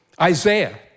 Isaiah